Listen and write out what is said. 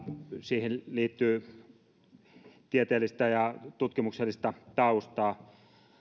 siihen liittyy tieteellistä ja tutkimuksellista taustaa